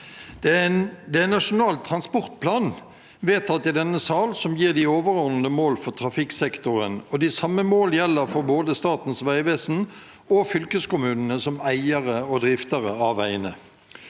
Det er Nasjonal transportplan, vedtatt i denne sal, som gir de overordnede mål for trafikksektoren, og de samme mål gjelder for både Statens vegvesen og fylkeskommunene som eiere og driftere av veiene.